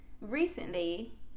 recently